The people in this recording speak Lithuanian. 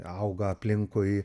auga aplinkui